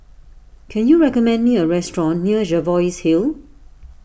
can you recommend me a restaurant near Jervois Hill